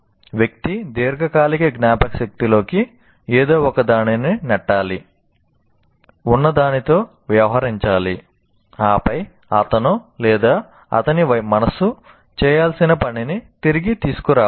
వ్యక్తి దీర్ఘకాలిక జ్ఞాపకశక్తిలోకి ఏదో ఒకదానిని నెట్టాలి ఉన్నదానితో వ్యవహరించాలి ఆపై అతను అతని మనస్సు చేయాల్సిన పనిని తిరిగి తీసుకురావాలి